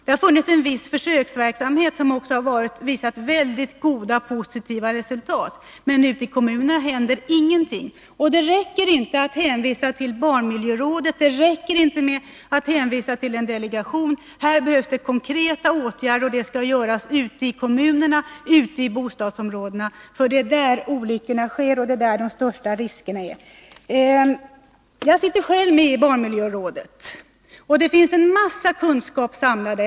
Det har funnits en viss försöksverksamhet, som har visat mycket goda och positiva resultat, men ute i kommunerna händer ingenting. Det räcker inte att hänvisa till barnmiljörådet, det räcker inte med att hänvisa till en delegation. Här behövs konkreta åtgärder. Och arbetet skall göras ute i kommunerna, ute i bostadsområdena, för det är där olyckorna sker och det är där de största riskerna finns. Jag sitter själv med i barnmiljörådet. Där finns väldigt mycket kunskap samlad.